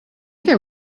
there